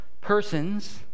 persons